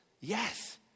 Yes